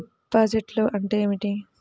డిపాజిట్లు అంటే ఏమిటి?